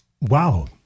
wow